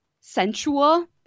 sensual